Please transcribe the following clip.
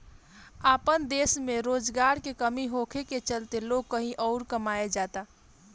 आपन देश में रोजगार के कमी होखे के चलते लोग कही अउर कमाए जाता